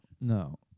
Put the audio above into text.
no